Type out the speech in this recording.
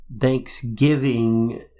Thanksgiving